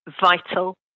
vital